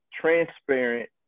transparent